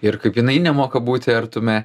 ir kaip jinai nemoka būti artume